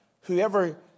Whoever